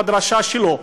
בדרשה שלו.